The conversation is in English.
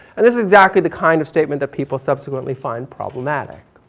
and this is exactly the kind of statement that people subsequently find problematic,